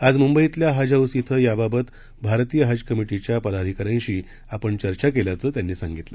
आज मुंबईतल्या हज हाऊस इथं याबाबत भारतीय हज कमिटीच्या पदाधिकाऱ्यांशी आपण चर्चा केल्याचं त्यांनी स्पष्ट केलं